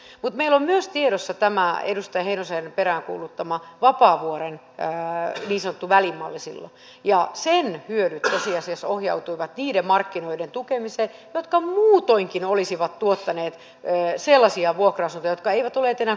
mutta meillä on myös tiedossa tämä edustaja heinosen peräänkuuluttama vapaavuoren niin sanottu välimalli silloin ja sen hyödyt tosiasiassa ohjautuivat niiden markkinoiden tukemiseen jotka muutoinkin olisivat tuottaneet sellaisia vuokra asuntoja jotka eivät olleet enää kohtuuhintaisia